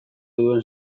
duen